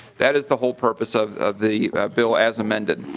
that is the whole purpose of of the bill as amended.